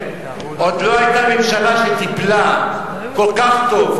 עוד לא היתה ממשלה שטיפלה כל כך טוב,